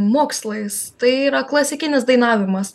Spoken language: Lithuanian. mokslais tai yra klasikinis dainavimas